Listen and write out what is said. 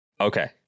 Okay